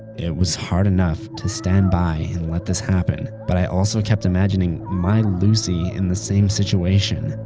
it was hard enough to stand by and let this happen, but i also kept imagining my lucy in the same situation.